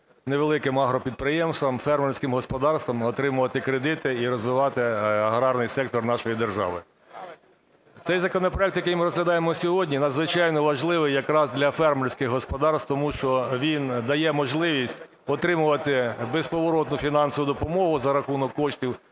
невеликим агропідприємствам, фермерським господарствам отримувати кредити і розвивати аграрний сектор нашої держави. Цей законопроект, який ми розглядаємо сьогодні, надзвичайно важливий якраз для фермерських господарств, тому що він дає можливість отримувати безповоротну фінансову допомогу за рахунок коштів